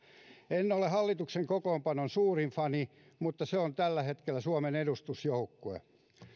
en ole hallituksen kokoonpanon suurin fani mutta se on tällä hetkellä suomen edustusjoukkue